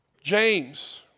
James